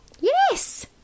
Yes